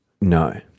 no